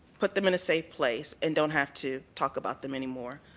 put them in a safe place, and don't have to talk about them any more.